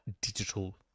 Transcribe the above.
digital